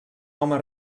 home